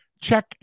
check